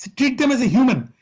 treat them as a human.